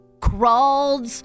crawled